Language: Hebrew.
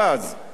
ברדיו.